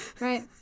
right